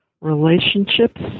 relationships